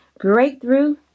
Breakthrough